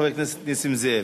חבר הכנסת נסים זאב.